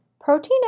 protein